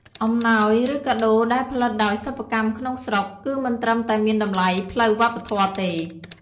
អំណោយឬកាដូដែលផលិតដោយសិប្បកម្មក្នុងស្រុក គឺមិនត្រឹមតែមានតម្លៃផ្លូវវប្បធម៌ទេ។